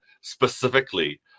specifically